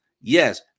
Yes